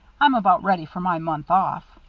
i'm about ready for my month off.